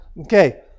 okay